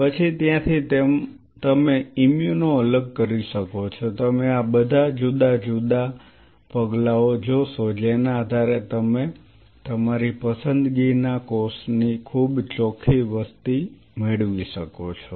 પછી ત્યાંથી તમે ઇમ્યુનો અલગ કરી શકો છો તમે આ બધા જુદા જુદા પગલાઓ જોશો જેના આધારે તમે તમારી પસંદગીના કોષની ખૂબ ચોખ્ખી વસ્તી મેળવી શકો છો